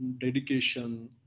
dedication